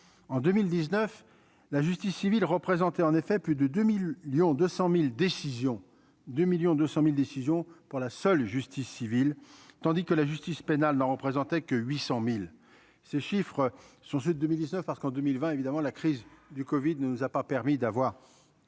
en 2019 la justice civile, représentée en effet plus de 2000 Lyon 200000 décision 2 1000000 200000 décisions pour la seule justice civile tandis que la justice pénale n'en représentait que 800000 ces chiffres sont ceux de 2019 alors qu'en 2020, évidemment, la crise du Covid ne nous a pas permis d'avoir